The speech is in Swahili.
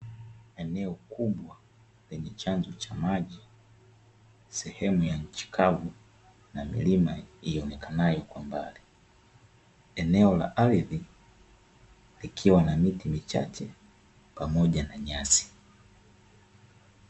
Eneo kubwa lenye chanzo cha maji sehemu ya nchi kavu na milima ionekanayo kwa mbali. Eneo la ardhi likiwa na miti michache pamoja na nyasi.